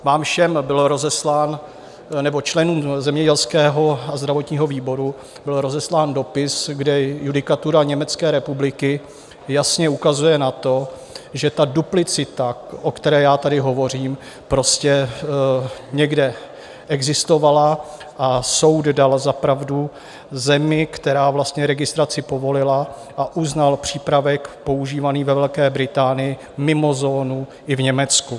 Vám všem byl rozeslán nebo členům zemědělského a zdravotního výboru byl rozeslán dopis, kde judikatura německé republiky jasně ukazuje na to, že ta duplicita, o které já tady hovořím, prostě někde existovala a soud dal za pravdu zemi, která registraci povolila, a uznal přípravek používaný ve Velké Británii mimo zónu i v Německu.